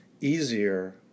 easier